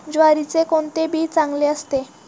ज्वारीचे कोणते बी चांगले असते?